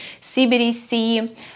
CBDC